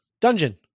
dungeon